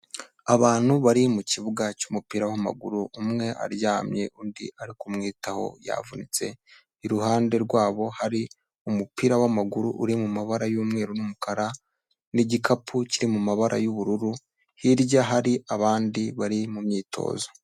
Abantu bari mu kibuga cy'umupira w'amaguru, umwe aryamye undi ari kumwitaho yavunitse, iruhande rwabo hari umupira w'amaguru uri mu mabara y'umweru n'umukara n'igikapu kiri mu mabara y'ubururu, hirya hari abandi bari mu myitozo.